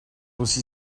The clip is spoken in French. aussi